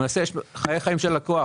למעשה יש כאן חיים של לקוח